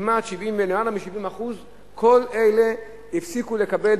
למעלה מ-70% כל אלה הפסיקו לקבל,